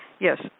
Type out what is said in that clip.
yes